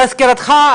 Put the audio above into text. להזכירך,